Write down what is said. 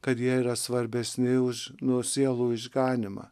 kad jie yra svarbesni už nu sielų išganymą